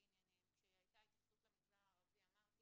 כאשר הייתה התייחסות למגזר הערבי אמרתי